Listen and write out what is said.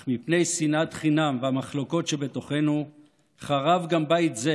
אך מפני שנאת חינם והמחלוקות שבתוכנו חרב גם בית זה.